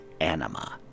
Anima